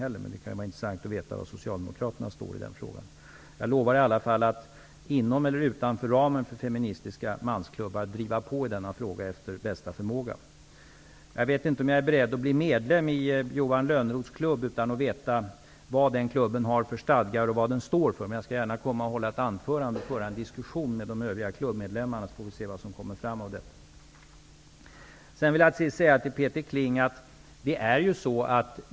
Men det skulle vara intressant att få veta var Socialdemokraterna står i den frågan. Jag lovar i varje fall att inom eller utanför ramen för feministiska mansklubbar driva på i denna fråga efter bästa förmåga. Jag vet inte om jag är beredd att bli medlem i Johan Lönnroths klubb utan att veta vad den klubben har för stadgar och vad den står för. Men jag skall gärna komma och hålla ett anförande och föra en diskussion med de övriga klubbmedlemmarna, och så får vi se vad som kommer fram av detta. Jag vill till sist vända mig till Peter Kling.